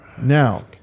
Now